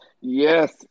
Yes